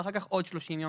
ואחר כך עוד 30 שיום